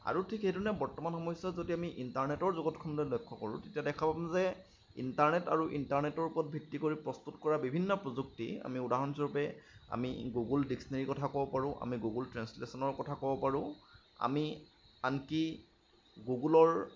আৰু ঠিক সেই ধৰণে বৰ্তমান সময়ছোৱাত যদি আমি ইণ্টাৰনেটৰ জগতখনলৈ লক্ষ্য কৰোঁ তেতিয়া দেখা পাম যে ইণ্টাৰনেট আৰু ইণ্টাৰনেটৰ ওপৰত ভিত্তি কৰি প্ৰস্তুত কৰা বিভিন্ন প্ৰযুক্তি আমি উদাহৰণ স্বৰূপে আমি গুগুল ডিক্সনেৰীৰ কথা ক'ব পাৰোঁ আমি গুগুল ট্ৰেঞ্চলেছনৰ কথা ক'ব পাৰোঁ আমি আনকি গুগুলৰ